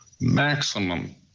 maximum